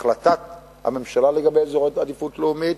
החלטת הממשלה לגבי אזורי עדיפות לאומית,